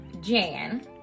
Jan